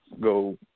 go